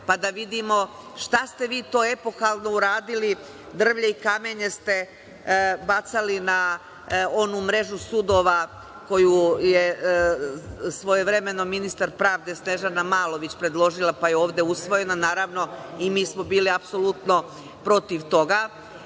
pa da vidimo šta ste vi to epohalno uradili. Drvlje i kamenje ste bacali na onu mrežu sudova koju je svojevremeno ministar pravde Snežana Malović predložila, pa je ovde usvojen, a naravno i mi smo bili apsolutno protiv toga.